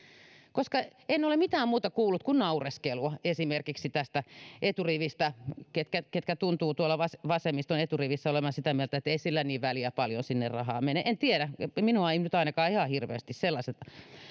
koska en ole mitään muuta kuullut kuin naureskelua esimerkiksi tästä eturivistä niiltä ketkä tuntuvat tuolla vasemmiston eturivissä olevan sitä mieltä että ei sillä niin väliä paljonko sinne rahaa menee en tiedä minua eivät nyt ainakaan ihan hirveästi sellaiset